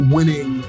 Winning